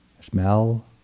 smell